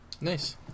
Nice